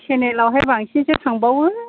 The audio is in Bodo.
सेनेलावहाय बांसिनसो थांबावो